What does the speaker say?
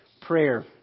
prayer